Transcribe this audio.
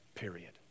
period